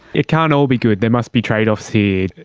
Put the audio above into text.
it can't all be good, there must be trade-offs here.